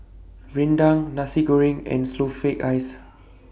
Rendang Nasi Goreng and Snowflake Ice